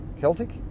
Celtic